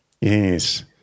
Yes